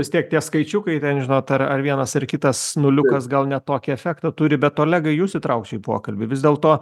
vis tiek tie skaičiukai ten žinot ar vienas ar kitas nuliukas gal ne tokį efektą turi bet olegai jūs įtrauksiu į pokalbį vis dėlto